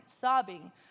sobbing